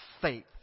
faith